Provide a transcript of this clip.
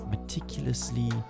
meticulously